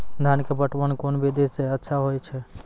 धान के पटवन कोन विधि सै अच्छा होय छै?